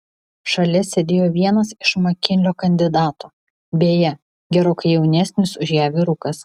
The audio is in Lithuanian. šalia sėdėjo vienas iš makinlio kandidatų beje gerokai jaunesnis už ją vyrukas